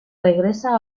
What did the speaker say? regresa